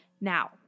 Now